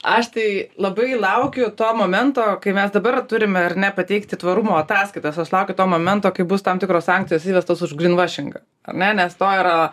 aš tai labai laukiu to momento kai mes dabar turime ar ne pateikti tvarumo ataskaitas aš laukiu to momento kai bus tam tikros sankcijos įvestos už gryn vašingą ar ne nes to yra